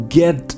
get